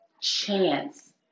chance